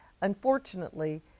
Unfortunately